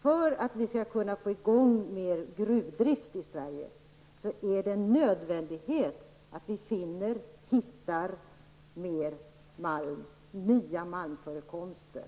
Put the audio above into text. För att vi skall kunna få i gång mer gruvdrift i Sverige är det en nödvändighet att vi finner mer malm i nya malmförekomster.